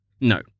No